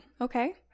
okay